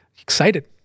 excited